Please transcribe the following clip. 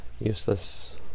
useless